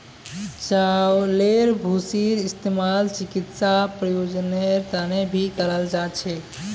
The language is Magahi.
चउलेर भूसीर इस्तेमाल चिकित्सा प्रयोजनेर तने भी कराल जा छे